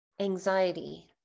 anxiety